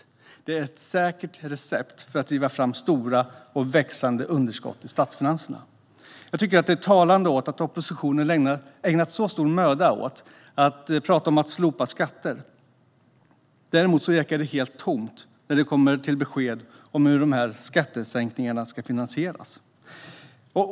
Detta är ett säkert recept för att driva fram stora och växande underskott i statsfinanserna. Jag tycker att det är talande att oppositionen har ägnat stor möda åt att prata om att slopa skatter samtidigt som det ekar tomt när det gäller besked om hur de här skattesänkningarna ska finansieras.